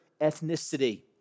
ethnicity